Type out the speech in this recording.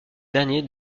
dernier